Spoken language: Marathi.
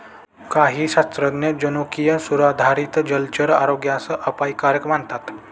काही शास्त्रज्ञ जनुकीय सुधारित जलचर आरोग्यास अपायकारक मानतात